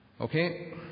Okay